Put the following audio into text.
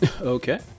Okay